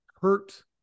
hurt